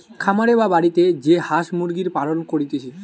খামারে বা বাড়িতে যে হাঁস মুরগির পালন করতিছে